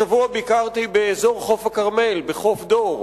השבוע ביקרתי באזור חוף הכרמל, בחוף דור.